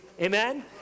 Amen